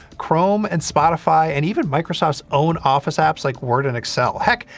chrome and spotify, and even microsoft's own office apps, like word and excel. heck,